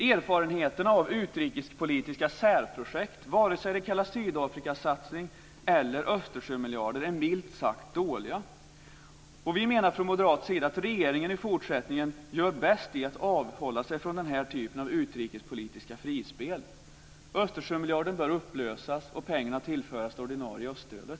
Erfarenheterna av utrikespolitiska särprojekt, vare sig de kallas Sydafrikasatsning eller Östersjömiljarder, är milt sagt dåliga. Vi menar från moderat sida att regeringen i fortsättningen gör bäst i att avhålla sig från den här typen av utrikespolitiska frispel. Östersjömiljarden bör upplösas och pengarna tillföras det ordinarie öststödet.